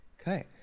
Okay